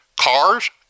cars